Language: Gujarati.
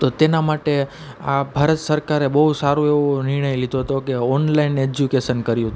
તો તેના માટે આ ભારત સરકારે બહુ સારું એવું નિર્ણય લીધો તો કે ઓનલાઈન એજ્યુકેસન કર્યું હતું